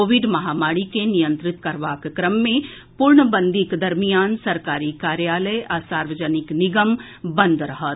Covid महामारी के नियंत्रित करबाक क्रम मे पूर्णबंदीक दरमियान सरकारी कार्यालय आ सार्वजनिक निगम बंद रहत